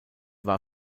war